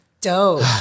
dope